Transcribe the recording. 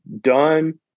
done